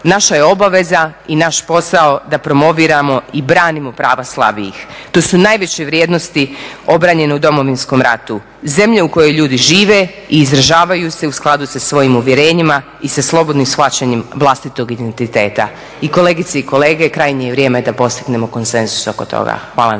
Naša je obaveza i naš posaoda promoviramo i branimo prava slabijih. To su najveće vrijednosti obranjene u Domovinskom ratu. Zemlja u kojoj ljudi žive i izražavaju se u skladu sa svojim uvjerenjima i sa slobodnim shvaćanjem vlastitog identiteta." I kolegice i kolege krajnje je vrijeme da postignemo konsenzus oko toga. Hvala na